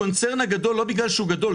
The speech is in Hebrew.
הקונצרן הגדול לא בגלל שהוא גדול,